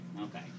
Okay